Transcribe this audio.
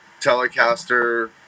Telecaster